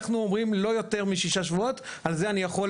אנחנו אומרים לא יותר מששה שבועות על זה אני יכול,